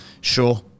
Sure